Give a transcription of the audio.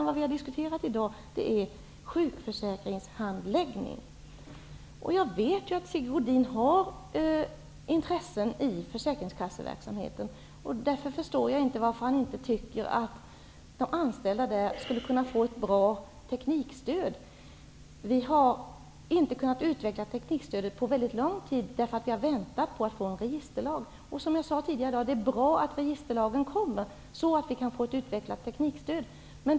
Vad vi har diskuterat i dag är alltså handläggningen av sjukförsäkringen. Jag vet att Sigge Godin har intressen i försäkringskasseverksamheten. Därför förstår jag inte varför han inte tycker att de anställda på försäkringskassorna skulle kunna få ett bra teknikstöd. Vi har inte kunnat utveckla teknikstödet under väldigt lång tid, därför att vi har väntat på en registerlag. Som jag sagt tidigare i dag är det bra att det kommer en registerlag, för därmed kan vi få ett utvecklat teknikstöd.